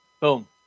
Boom